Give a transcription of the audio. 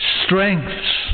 strengths